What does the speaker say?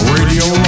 Radio